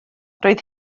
roedd